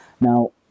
Now